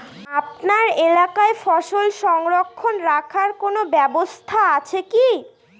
আপনার এলাকায় ফসল সংরক্ষণ রাখার কোন ব্যাবস্থা আছে কি?